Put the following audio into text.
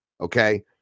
okay